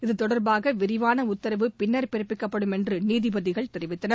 இது தொடர்பாக விரிவாள உத்தரவு பின்னர் பிறப்பிக்கப்படும் என்று நீதிபதிகள் தெரிவித்தனர்